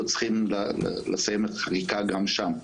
וצריכים לסיים את החקיקה גם שם.